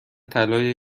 طلای